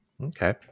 Okay